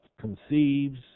conceives